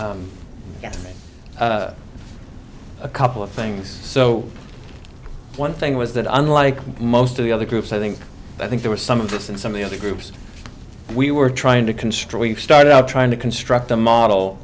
get a couple of things so one thing was that unlike most of the other groups i think i think there was some interest in some of the other groups we were trying to construct and started out trying to construct a model